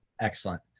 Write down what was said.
Excellent